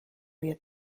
wir